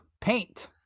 Paint